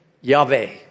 Yahweh